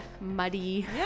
muddy